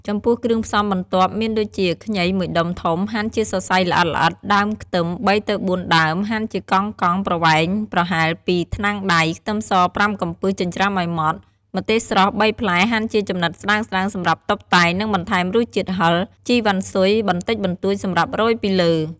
ចំពោះគ្រឿងផ្សំបន្ទាប់ មានដូចជាខ្ញី ១ ដុំធំ ហាន់ជាសរសៃល្អិតៗ, ដើមខ្ទឹម ៣ទៅ៤ ដើម ហាន់ជាកង់ៗ ប្រវែងប្រហែល ២ ថ្នាំងដៃ, ខ្ទឹមស ៥ កំពឹសចិញ្ច្រាំឲ្យម៉ដ្ឋ, , ម្ទេសស្រស់ ៣ ផ្លែ ហាន់ជាចំណិតស្តើងៗសម្រាប់តុបតែង និងបន្ថែមរសជាតិហិរ, ជីរវ៉ាន់ស៊ុយបន្តិចបន្តួចសម្រាប់រោយពីលើ។